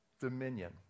dominion